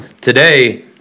Today